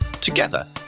together